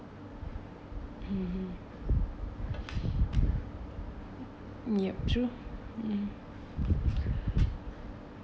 mmhmm ya true